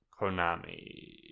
Konami